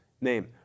name